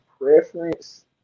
preference